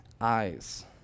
eyes